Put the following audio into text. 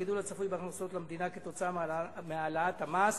הגידול הצפוי בהכנסות למדינה כתוצאה מהעלאת המס